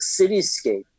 cityscape